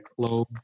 close